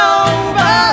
over